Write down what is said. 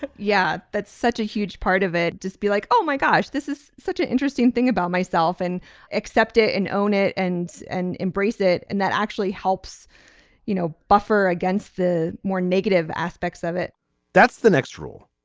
yeah that's such a huge part of it. just be like oh my gosh this is such an interesting thing about myself and accept it and own it and and embrace it. and that actually helps you know buffer against the more negative aspects of it that's the next rule.